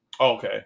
Okay